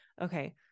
Okay